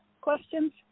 questions